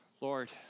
Lord